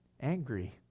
angry